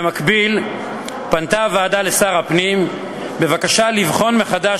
במקביל פנתה הוועדה לשר הפנים בבקשה לבחון מחדש